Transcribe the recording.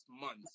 months